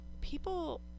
people